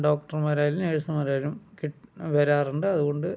ഡോക്ടർമാരായാലും നേഴ്സമാരായാലും കിട്ട് വരാറുണ്ട് അതുകൊണ്ട്